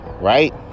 right